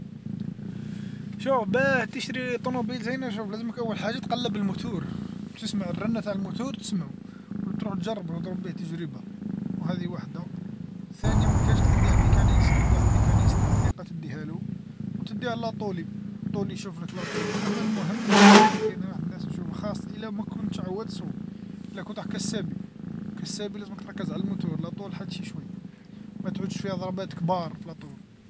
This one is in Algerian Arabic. شوف باه تشري طونوبيل زينه شوف لازمك أول حاجه تقلب الموتور، تسمع الرنه تاع الموتور تسمعو، وتروح تجربو تضرب به تجربه، وهادي واحده، الثانيه ما كانش تديها لميكانيسيا، واحد ميكانيسيا تاع ثقه تديهالو، وتديها لاطولي يشوف لك لا طول، أما المهم بالنسبة ليا أنا واحد من الناس نشوفو خاص الى ما كنتش، إلا كنت كاش لازملك تركز على الموتور ، لا طول حادشي شوي ما تعودش فيها ضربات كبار في لاطول.